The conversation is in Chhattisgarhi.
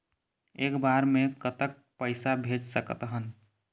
एक बार मे कतक पैसा भेज सकत हन?